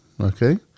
okay